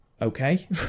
Okay